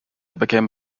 became